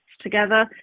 together